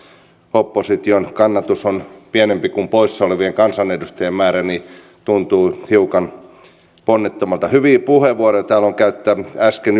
opposition kannatus on pienempi kuin poissa olevien kansanedustajien määrä joten tuntuu hiukan ponnettomalta hyviä puheenvuoroja täällä on käytetty äsken